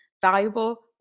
valuable